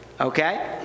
Okay